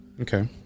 Okay